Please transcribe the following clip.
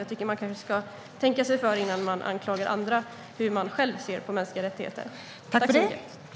Jag tycker att man kanske ska tänka på hur man själv ser på mänskliga rättigheter innan man anklagar andra.